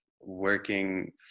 working